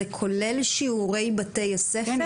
זה כולל שיעורי בתי הספר?